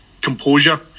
composure